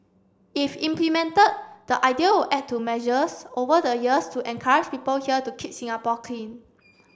if implemented the idea add to measures over the years to encourage people here to keep Singapore clean